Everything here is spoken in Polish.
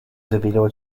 wybieliło